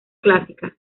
clásica